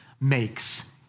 makes